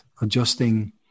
Adjusting